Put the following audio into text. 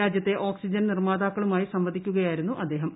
രാജ്യ്ക്ത്ത് oxygen നിർമ്മാതാക്കളുമായി സംവദിക്കുകയായിരുന്നു് അദ്ദേഹം